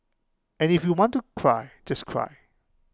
and if you want to cry just cry